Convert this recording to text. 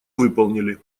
выполнили